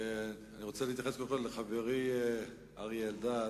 אני רוצה להתייחס קודם כול לחברי אריה אלדד.